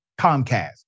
Comcast